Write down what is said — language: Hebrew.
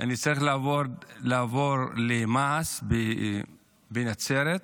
אני צריך לעבור למע"ש בנצרת,